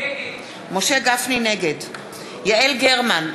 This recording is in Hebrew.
נגד יעל גרמן,